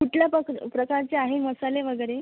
कुठल्या प्रकारचे आहे मसाले वगैरे